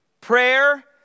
prayer